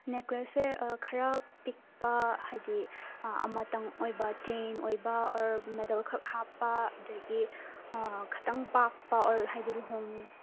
ꯅꯦꯛꯀ꯭ꯂꯦꯁꯁꯦ ꯈꯔ ꯄꯤꯛꯄ ꯍꯥꯏꯗꯤ ꯑꯃꯇꯪ ꯑꯣꯏꯕ ꯆꯦꯟ ꯑꯣꯏꯕ ꯑꯣꯔ ꯃꯦꯗꯜ ꯈꯛ ꯍꯥꯞꯄ ꯑꯗꯒꯤ ꯈꯇꯪ ꯄꯥꯛꯄ ꯍꯥꯏꯗꯤ ꯂꯨꯍꯣꯡ